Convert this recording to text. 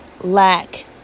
lack